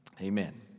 amen